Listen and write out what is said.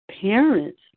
parents